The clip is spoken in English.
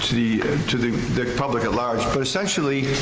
to the to the public at large, but essentially,